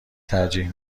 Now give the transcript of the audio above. ترجیح